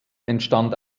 entstand